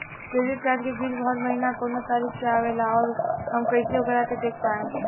Credit card के bill हर महीना कौना तारीक के आवेला और आउर हम कइसे ओकरा के देख पाएम?